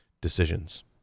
Decisions